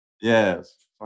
yes